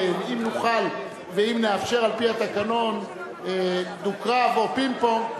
אם נוכל ואם נאפשר על-פי התקנון דו-קרב או פינג-פונג,